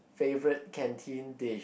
favourite canteen dish